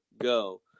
go